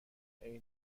عینه